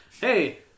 hey